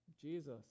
Jesus